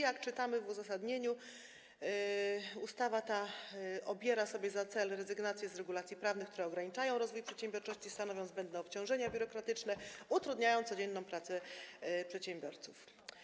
Jak czytamy w uzasadnieniu, ustawa ta obiera sobie za cel rezygnację z regulacji prawnych, które ograniczają rozwój przedsiębiorczości, stanowią zbędne obciążenia biurokratyczne, utrudniają codzienną pracę przedsiębiorców.